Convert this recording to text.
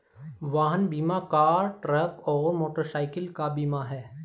वाहन बीमा car, truck और मोटरसाइकिल का बीमा है